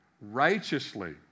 righteously